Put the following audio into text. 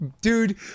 dude